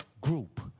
group